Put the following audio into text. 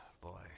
Boy